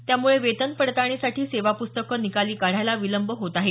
त्यामुळे वेतन पडताळणीसाठी सेवाप्स्तकं निकाली काढायला विलंब होत आहे